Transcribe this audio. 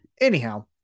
anyhow